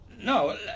No